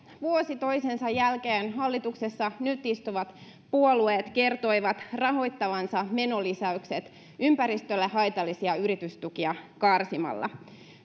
vuosi toisensa jälkeen hallituksessa nyt istuvat puolueet kertoivat rahoittavansa menolisäykset ympäristölle haitallisia yritystukia karsimalla